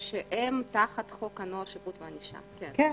שהם תחת חוק הנוער (שפיטה וענישה), כן.